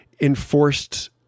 enforced